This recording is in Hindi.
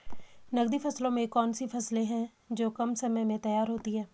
नकदी फसलों में कौन सी फसलें है जो कम समय में तैयार होती हैं?